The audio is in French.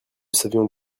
savions